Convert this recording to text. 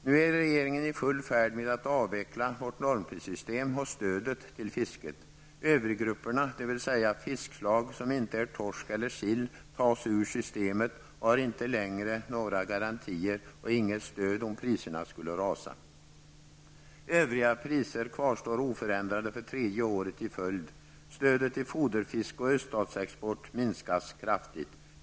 Nu är regeringen i full färd med att avveckla vårt normprissystem och stödet till fisket. Övriggrupperna, dvs. fiskeslag som inte är torsk eller sill, tas ur systemet och har inte längre några garantier och inget stöd om priserna skulle rasa. Övriga priser kvarstår oförändrade för tredje året i följd. Stödet till foderfisk och öststatsexport minskas kraftigt.